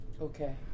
Okay